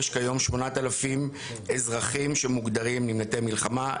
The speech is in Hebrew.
יש כיום 8,000 אזרחים שמוגדרים נמלטי מלחמה.